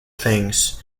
things